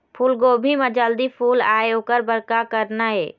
फूलगोभी म जल्दी फूल आय ओकर बर का करना ये?